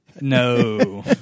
No